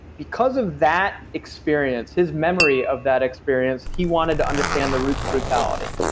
because of that experience, his memory of that experience, he wanted to understand the roots of brutality.